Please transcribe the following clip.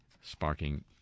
sparking